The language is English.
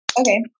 Okay